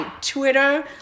Twitter